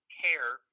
care